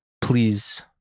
please